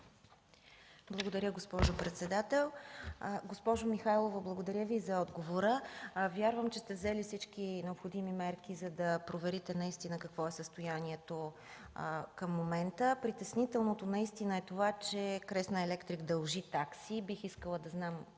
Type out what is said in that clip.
Благодаря, госпожо председател. Госпожо Михайлова, благодаря Ви за отговора. Вярвам, че сте взели всички необходими мерки, за да проверите наистина какво е състоянието към момента. Притеснителното е това, че „Кресна Електрик” дължи такси. Бих искала да знам